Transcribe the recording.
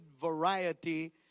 variety